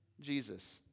Jesus